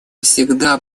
всегда